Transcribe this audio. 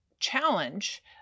challenge